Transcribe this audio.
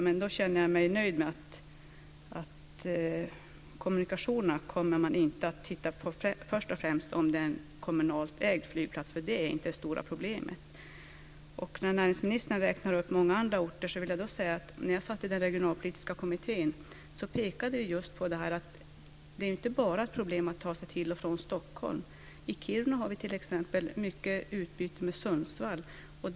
Jag känner mig nöjd med att man inte först och främst kommer att titta på kommunikationerna utifrån huruvida det är en kommunalt ägd flygplats eller inte, för det är inte det stora problemet. Näringsministern räknar upp många andra orter. När jag satt i den regionalpolitiska kommittén pekade vi just på detta att det inte bara är ett problem att ta sig till och från Stockholm. I Kiruna har vi t.ex. mycket utbyte med Sundsvall.